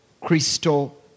Crystal